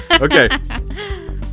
Okay